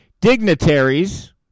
dignitaries